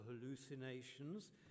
hallucinations